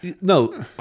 No